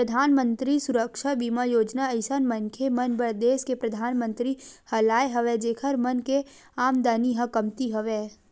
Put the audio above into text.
परधानमंतरी सुरक्छा बीमा योजना अइसन मनखे मन बर देस के परधानमंतरी ह लाय हवय जेखर मन के आमदानी ह कमती हवय